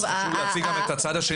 לכן חשוב לי להציג גם את הצד השני.